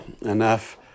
enough